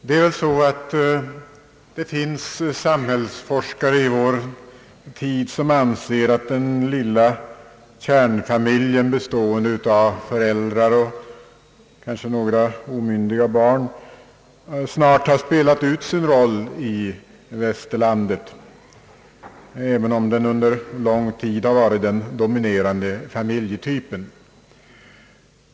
Det finns samhällsforskare i vår tid som anser att den lilla kärnfamiljen bestående av föräldrar och kanske några omyndiga barn snart har spelat ut sin roll i västerlandet, även om den under lång tid har varit den dominerande familjetypen.